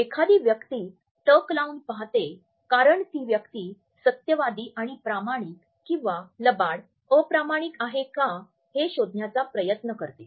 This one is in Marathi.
एखादी व्यक्ती टक लावून पाहते कारण ती व्यक्ती सत्यवादी आणि प्रामाणिक किंवा लबाड अप्रामाणिक आहे का हे शोधण्याचा प्रयत्न करते